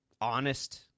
honest